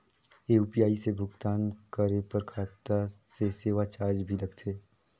ये यू.पी.आई से भुगतान करे पर खाता से सेवा चार्ज भी लगथे?